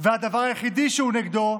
והדבר היחיד שהוא נגדו,